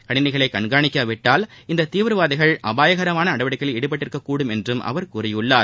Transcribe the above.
கணினிகளை கண்காணிக்காவிட்டால் இந்த தீவிரவாதிகள் அபாயகரமான நடவடிக்கைகளில் ஈடுபட்டிருக்கக்கூடும் என அவர் கூறியுள்ளார்